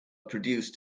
produced